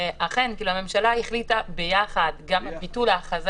הממשלה החליטה ביחד גם על ביטול ההכרזה